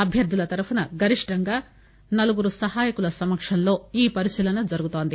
అభ్యర్థుల తరపున గరిష్టంగా నలుగురు సహాయకుల సమక్షంలో ఈ పరిశీలన జరుగుతోంది